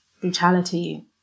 brutality